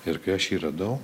ir kai aš jį radau